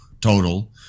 total